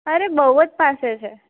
અરે બહુ જ પાસે છે